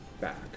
back